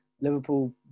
Liverpool